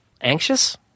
anxious